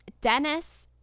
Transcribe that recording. Dennis